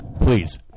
please